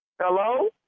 Hello